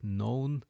known